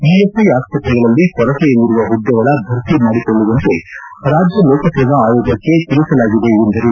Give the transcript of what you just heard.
ESI ಆಸ್ಪತ್ರೆಗಳಲ್ಲಿ ಕೊರತೆಯಲ್ಲಿರುವ ಹುದ್ದೆಗಳ ಭರ್ತಿ ಮಾಡಿಕೊಳ್ಳುವಂತೆ ರಾಜ್ಯ ಲೋಕಸೇವಾ ಆಯೋಗಕ್ಕೆ ತಿಳಿಸಲಾಗಿದೆ ಎಂದರು